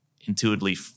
intuitively